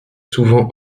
souvent